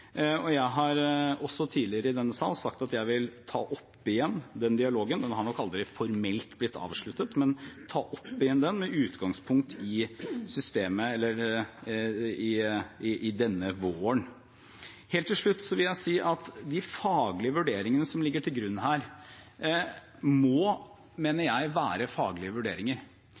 Jeg har også tidligere i denne sal sagt at jeg vil ta opp igjen den dialogen – den har nok aldri formelt blitt avsluttet – med utgangspunkt i denne våren. Helt til slutt vil jeg si at jeg mener de faglige vurderingene som ligger til grunn her, må være faglige vurderinger.